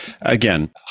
again